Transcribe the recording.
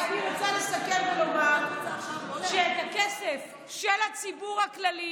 אני רוצה לסכם ולומר שהכסף של הציבור הכללי,